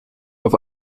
auf